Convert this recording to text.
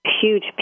huge